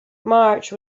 march